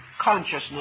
consciousness